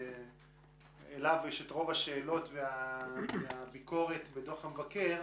אליו יש את רוב השאלות והביקורת בדוח המבקר.